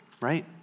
Right